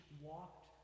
walked